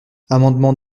amendement